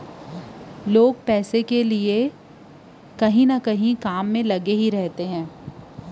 मनखे ल पइसा बरोबर कोनो न कोनो बूता म लगथे रहिथे